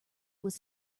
was